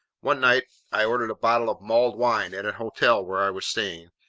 one night, i ordered a bottle of mulled wine at an hotel where i was staying,